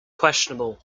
questionable